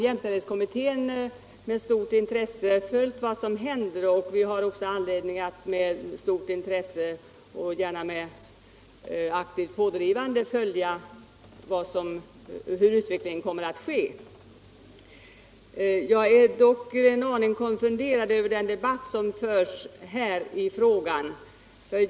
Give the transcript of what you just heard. Jämställdhetskommittén har med stort intresse följt vad som händer, och vi har också anledning att under aktivt pådrivande följa utvecklingen. Jag är dock en aning konfunderad över den debatt som förts här i frågan.